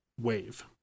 wave